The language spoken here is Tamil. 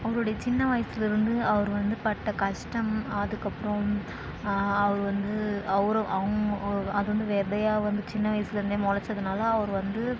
அவருடைய சின்ன வயசுலேருந்து அவர் வந்து பட்ட கஷ்டம் அதுக்கப்புறம் அவர் வந்து அவரும் அவங்க அது வந்து விதையா வந்து சின்ன வயசுலேருந்தே மொளைச்சதுனால அவர் வந்து